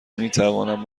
میتوانم